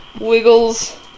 Wiggles